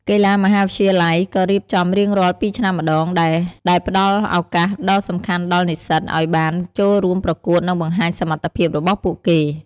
កីឡាមហាវិទ្យាល័យ ក៏ រៀបចំរៀងរាល់ ២ ឆ្នាំម្ដង ដែរ ដែលផ្ដល់ ឱកាស ដ៏សំខាន់ដល់ និស្សិត ឲ្យបាន ចូលរួមប្រកួត និង បង្ហាញសមត្ថភាព របស់ពួកគេ។